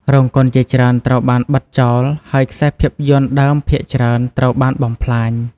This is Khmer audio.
រោងកុនជាច្រើនត្រូវបានបិទចោល ហើយខ្សែភាពយន្តដើមភាគច្រើនត្រូវបានបំផ្លាញ។